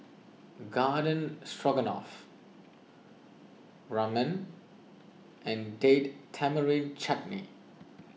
Garden Stroganoff Ramen and Date Tamarind Chutney